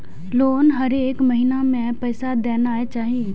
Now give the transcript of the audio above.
Loan हरेक महीना में पैसा देना चाहि?